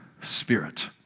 Spirit